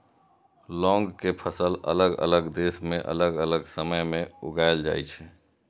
लौंग के फसल अलग अलग देश मे अलग अलग समय मे उगाएल जाइ छै